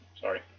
Sorry